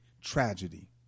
tragedy